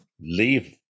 leave